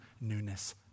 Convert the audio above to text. newness